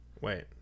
wait